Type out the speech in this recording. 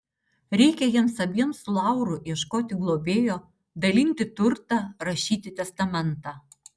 reikia jiems abiems su lauru ieškoti globėjo dalinti turtą rašyti testamentą